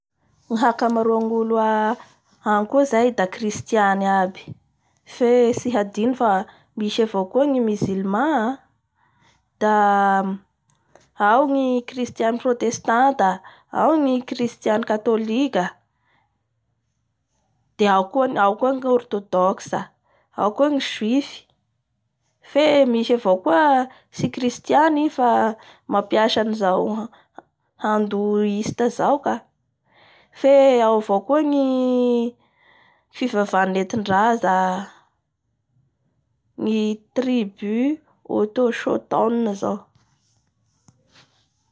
Ny akamaroan'ny olo agny koa zay da kristiany aby fe tsy hadino fa ao koa ny musuman